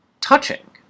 touching